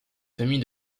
famille